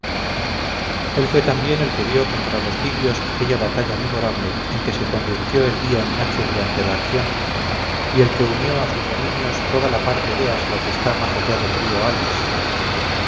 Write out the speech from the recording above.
él fue también el que dio contra los lidios aquella batalla memorable en que se convirtió el día en noche durante la acción y el que unió a sus dominios toda la parte de asia que está más allá del río halis